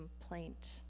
complaint